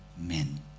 men